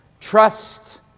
trust